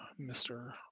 mr